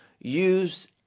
use